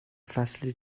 فصل